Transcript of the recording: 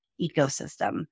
ecosystem